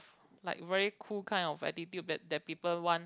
like very cool kind of attitude that that people want